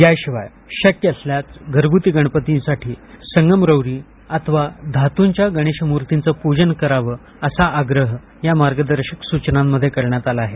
याशिवाय शक्य असल्यास घरगूती गणपतींसाठी धातूच्या अथवा संगमरवरी मूर्तीचं पूजन करावं असा आग्रह या मार्गदर्शक सूचनांमध्ये करण्यात आला आहे